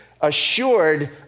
assured